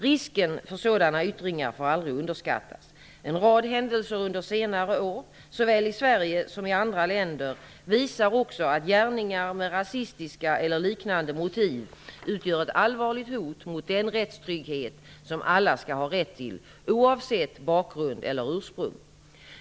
Risken för sådana yttringar får aldrig underskattas. En rad händelser under senare år, såväl i Sverige som i andra länder, visar också att gärningar med rasistiska eller liknande motiv utgör ett allvarligt hot mot den rättstrygghet som alla skall ha rätt till, oavsett bakgrund eller ursprung.